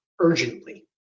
urgently